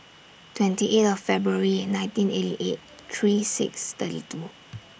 twenty eight of Febrary nineteen eighty eight three six thirty two